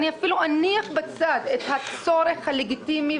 אני אפילו אניח בצד את הצורך הלגיטימי,